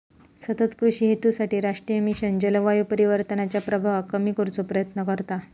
सतत कृषि हेतूसाठी राष्ट्रीय मिशन जलवायू परिवर्तनाच्या प्रभावाक कमी करुचो प्रयत्न करता